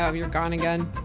ah you're gone again.